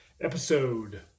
episode